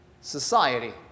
society